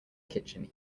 kitchen